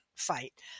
fight